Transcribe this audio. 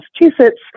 Massachusetts